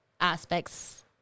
aspects